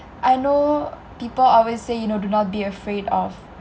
I know people always say you know do not be afraid of